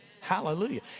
Hallelujah